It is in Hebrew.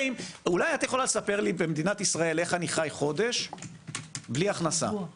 אולי את יכולה לספר לי במדינת ישראל איך אני חי חודש בלי הכנסה?